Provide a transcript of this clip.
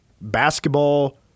basketball